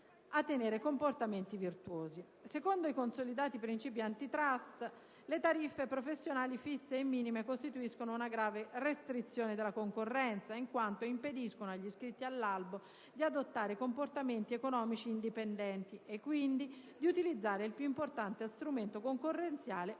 a tenere comportamenti virtuosi. Secondo i consolidati principi *antitrust*, le tariffe professionali fisse e minime costituiscono una grave restrizione della concorrenza, in quanto impediscono agli iscritti all'albo di adottare comportamenti economici indipendenti e, quindi, di utilizzare il più importante strumento concorrenziale,